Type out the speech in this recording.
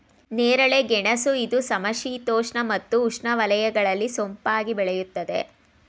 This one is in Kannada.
ನೇರಳೆ ಗೆಣಸು ಇದು ಸಮಶೀತೋಷ್ಣ ಮತ್ತು ಉಷ್ಣವಲಯಗಳಲ್ಲಿ ಸೊಂಪಾಗಿ ಬೆಳೆಯುತ್ತದೆ